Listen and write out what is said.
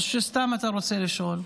או שסתם אתה רוצה לשאול?